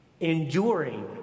enduring